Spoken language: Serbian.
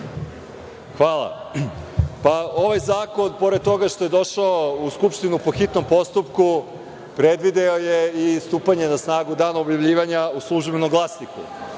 Hvala. Ovaj zakon, pored toga što je došao u Skupštinu po hitnom postupku, predvideo je i stupanje na snagu danom objavljivanja u „Službenom glasniku“.